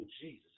Jesus